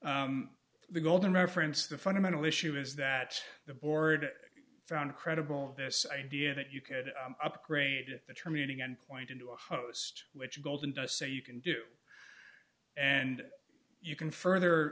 after the golden reference the fundamental issue is that the board found credible this idea that you could upgrade the terminating endpoint into a host which golden to say you can do and you can further